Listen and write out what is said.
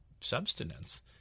substance